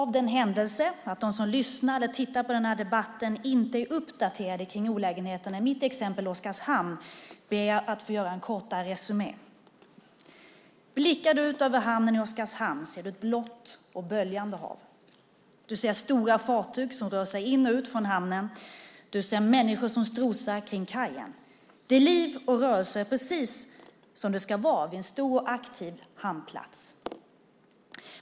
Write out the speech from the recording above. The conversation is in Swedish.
I händelse av att de som lyssnar eller tittar på den här debatten inte är uppdaterade kring olägenheterna i mitt exempel Oskarshamn ber jag att få göra en kortare resumé. Blickar du ut över hamnen i Oskarshamn ser du ett blått och böljande hav. Du ser stora fartyg som rör sig in och ut från hamnen. Du ser människor som strosar kring kajen. Det är liv och rörelse, precis som det ska vara vid en stor och aktiv hamnplats.